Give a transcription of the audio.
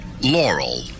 Laurel